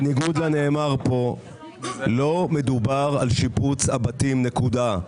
בניגוד לנאמר פה לא מדובר על שיפוץ הבתים נקודה.